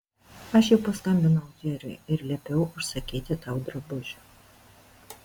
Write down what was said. aš jau paskambinau džeriui ir liepiau užsakyti tau drabužių